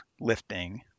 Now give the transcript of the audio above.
lifting